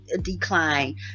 decline